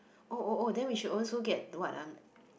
oh oh oh then we should also get the what ah